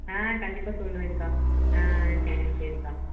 ஆ கண்டிப்பாக சொல்லுறேங்க்கா ஆ சரி சரிக்கா